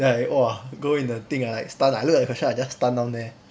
then I !wah! go in the thing I stun I look at the question I just stun down there